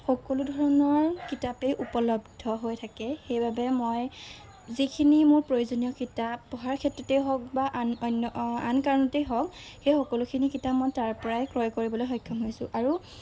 সকলো ধৰণৰ কিতাপেই উপলব্ধ হৈ থাকে সেইবাবে মই যিখিনি মোৰ প্ৰয়োজনীয় কিতাপ পঢ়াৰ ক্ষেত্ৰতেই হওক বা আন অন্য আন কাৰণতেই হওক সেই সকলোখিনি কিতাপ মই তাৰপৰাই ক্ৰয় কৰিবলৈ সক্ষম হৈছোঁ আৰু